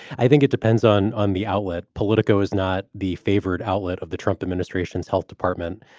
i think it depends on on the outlet. politico is not the favorite outlet of the trump administration's health department.